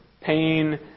pain